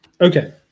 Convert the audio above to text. Okay